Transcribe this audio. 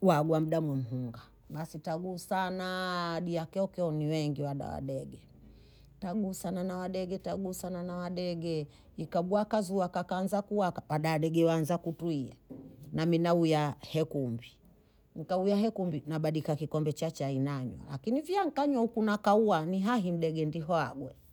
huamdabu mhunda basi taguu sanaa hadi ya kyokyo ni wengi wadadege tagusana nawadege tagusana na wadege, ikagua kasi waka kanza kuwaka wadadege waanza kutuia nami nauyaa hekumbi, nikahuya hekumbi nabadika kikombe cha chai nanywa lakini vyankanywa huku na kauwani hahe mdege ndihagwo.